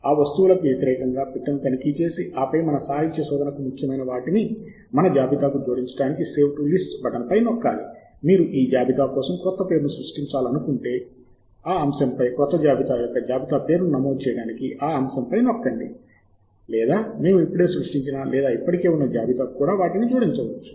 ఆ వస్తువులకు వ్యతిరేకంగా పెట్టెను తనిఖీ చేసి ఆపై మన సాహిత్య శోధనకు ముఖ్యమైన వాటిని మన జాబితాకు జోడించడానికి "సేవ్ టు లిస్టు" బటన్ పై నొక్కాలి మీరు ఈ జాబితా కోసం క్రొత్త పేరును సృష్టించాలనుకుంటే అంశంపై క్రొత్త జాబితా యొక్క జాబితా పేరును నమోదు చేయడానికి ఆఅంశం పై నొక్కండి లేదా మేము ఇప్పుడే సృష్టించిన లేదా ఇప్పటికే ఉన్న జాబితాకు కూడా వాటిని జోడించవచ్చు